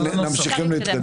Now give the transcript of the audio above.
אנחנו מתקדמים.